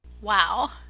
Wow